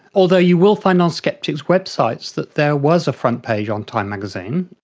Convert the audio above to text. although you will find on sceptics websites that there was a front page on time magazine.